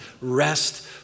rest